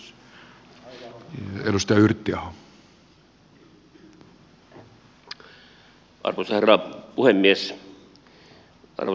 arvoisa herra puhemies